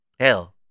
Hell